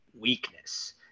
weakness